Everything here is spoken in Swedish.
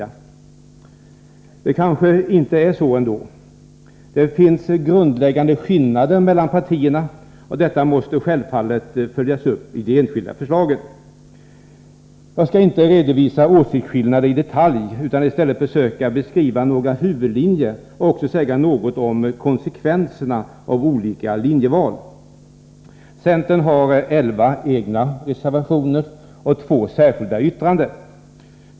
Men det kanske inte är så ändå. Det finns grundläggande skillnader mellan partierna, och detta måste självfallet följas upp i de enskilda förslagen. Jag skall inte redovisa åsiktsskillnader i detalj, utan i stället försöka beskriva några huvudlinjer och också säga något om konsekvenserna av olika linjeval. Centern har 11 egna reservationer och två särskilda yttranden.